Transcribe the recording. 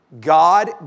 God